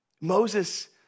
Moses